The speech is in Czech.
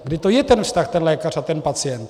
Kdy to je ten vztah ten lékař a ten pacient.